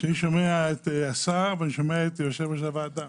כשאני שומע את השר ואת יושב-ראש הוועדה,